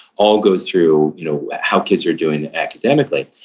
all goes through you know how kids are doing academically,